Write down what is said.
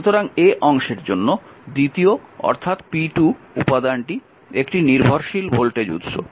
সুতরাং অংশের জন্য দ্বিতীয় অর্থাৎ p2 উপাদানটি একটি নির্ভরশীল ভোল্টেজ উৎস